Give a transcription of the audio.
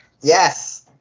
Yes